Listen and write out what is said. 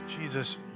Jesus